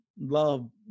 love